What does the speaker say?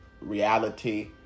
reality